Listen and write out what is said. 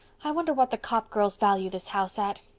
i wonder what the copp girls value this house at.